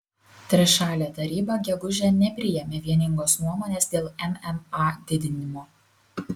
trišalė taryba gegužę nepriėmė vieningos nuomonės dėl mma didinimo